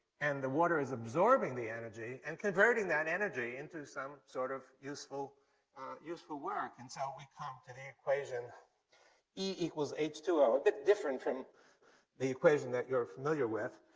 and the water is absorbing the energy and converting that energy into some sort of useful useful work. and so we come to the equation e h two o. a bit different from the equation that you're familiar with.